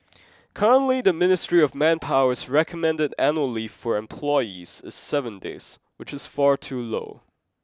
currently the Ministry of Manpower's recommended annual leave for employees is seven days which is far too low